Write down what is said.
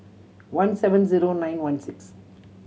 one seven zero nine one six